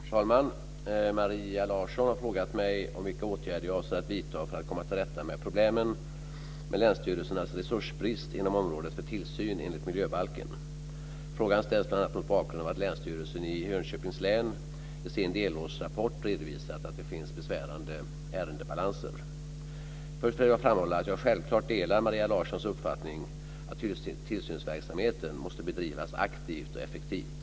Fru talman! Maria Larsson har frågat mig vilka åtgärder jag avser att vidta för att komma till rätta med problemen med länsstyrelsernas resursbrist inom området för tillsyn enligt miljöbalken. Frågan ställs bl.a. mot bakgrund av att Länsstyrelsen i Jönköpings län i sin delårsrapport redovisat att det finns besvärande ärendebalanser. Först vill jag framhålla att jag självklart delar Maria Larssons uppfattning att tillsynsverksamheten måste bedrivas aktivt och effektivt.